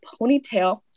ponytail